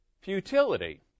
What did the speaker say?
futility